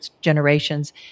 generations